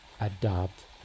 adopt